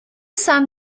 sun